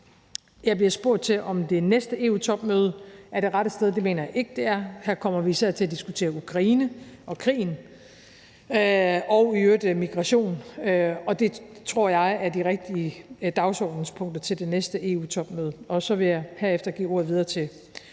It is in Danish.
Jeg bliver spurgt til, om det næste EU-topmøde er det rette sted. Det mener jeg ikke det er. Her kommer vi især til at diskutere Ukraine og krigen og i øvrigt migration, og det tror jeg er de rigtige dagsordenspunkter til det næste EU-topmøde. Så vil jeg herefter give ordet videre til